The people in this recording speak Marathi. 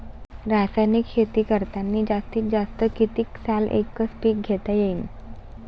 रासायनिक शेती करतांनी जास्तीत जास्त कितीक साल एकच एक पीक घेता येईन?